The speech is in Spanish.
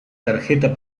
tarjeta